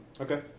Okay